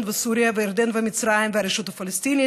וסוריה וירדן ומצרים והרשות הפלסטינית,